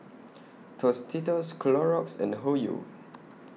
Tostitos Clorox and Hoyu